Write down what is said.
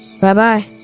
Bye-bye